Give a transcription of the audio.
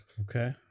Okay